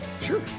sure